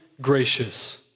gracious